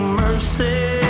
mercy